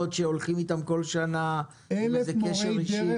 שהולכות איתם בכל שנה ויש ביניהם קשר אישי.